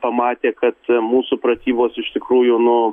pamatė kad mūsų pratybos iš tikrųjų nu